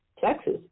Texas